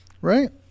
right